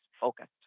focused